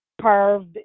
carved